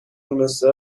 دونسته